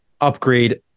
upgrade